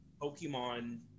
Pokemon